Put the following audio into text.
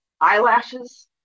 eyelashes